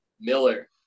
Miller